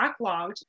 backlogged